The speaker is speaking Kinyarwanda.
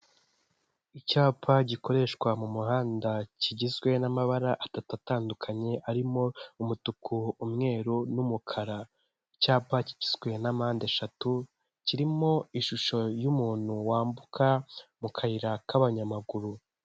Icyapa gikoreshwa mu muhanda kigizwe n'amabara atatu atandukanye harimo umutuku umweru n'umukara, icyapa kigizwe na mpande eshatu kirimo ishusho y'umuntu wambuka mu kayira k'abanyamaguru.